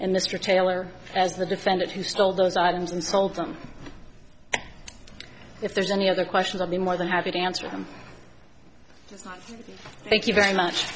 and mr taylor as the defendant who stole those items and sold them if there's any other questions i'll be more than happy to answer them thank you very much